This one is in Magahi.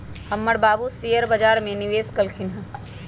हमर बाबू शेयर बजार में निवेश कलखिन्ह ह